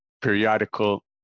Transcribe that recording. periodical